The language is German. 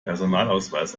personalausweis